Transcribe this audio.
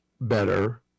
better